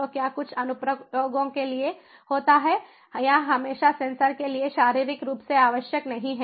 तो क्या कुछ अनुप्रयोगों के लिए होता है यह हमेशा सेंसर के लिए शारीरिक रूप से आवश्यक नहीं है